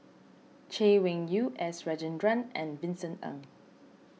Chay Weng Yew S Rajendran and Vincent Ng